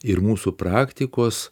ir mūsų praktikos